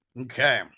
Okay